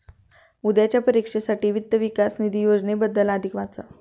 उद्याच्या परीक्षेसाठी वित्त विकास निधी योजनेबद्दल अधिक वाचा